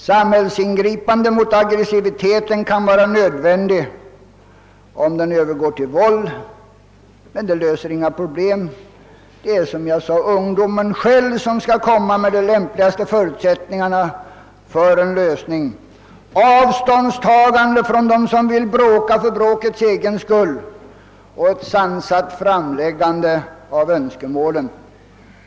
Samhällsingripanden mot aggressivitet kan vara nödvändiga, om denna övergår till våld, men detta löser inga problem. Det är som sagt ungdomarna själva som här skall skapa de lämpligaste förutsättningarna för en lösning, alltså ta avstånd från dem som vill bråka för bråkets egen skull och sedan sansat framlägga sina önskemål.